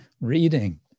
reading